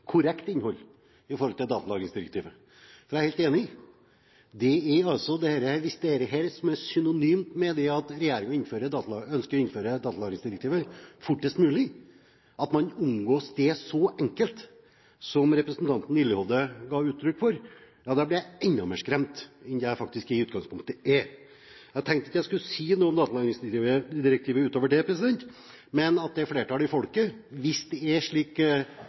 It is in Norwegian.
korrekt innhold – om datalagringsdirektivet. Jeg er helt enig. Hvis dette er synonymt med at regjeringen ønsker å innføre datalagringsdirektivet fortest mulig, at man omgås det så enkelt som representanten Lillehovde ga uttrykk for, blir jeg enda mer skremt enn det jeg i utgangspunktet er. Jeg tenkte ikke jeg skulle si noe om datalagringsdirektivet utover det, men hvis det er flertall i folket, hvis det er slik